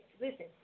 listen